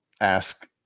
ask